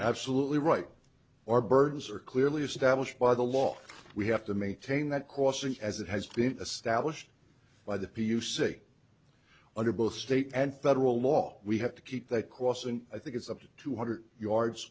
absolutely right or burdens are clearly established by the law we have to maintain that caution as it has been established by the p u c under both state and federal law we have to keep that crossing i think it's up to two hundred yards